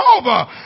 over